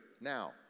now